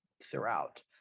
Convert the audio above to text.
throughout